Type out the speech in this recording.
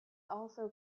also